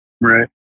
Right